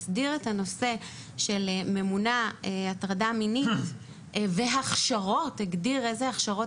הנושא של ממונה הטרדה מינית והגדיר איזה הכשרות